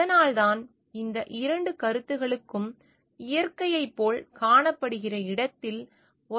அதனால்தான் இந்த 2 கருத்துக்களும் இயற்கையைப் போல் காணப்படுகிற இடத்தில்